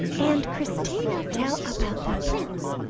and christina tell about the prince.